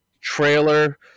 trailer